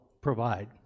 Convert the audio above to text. provide